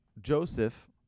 Joseph